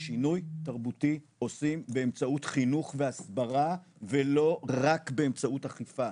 שינוי תרבותי עושים באמצעות חינוך והסברה ולא רק באמצעות אכיפה,